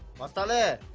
my father.